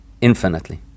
infinitely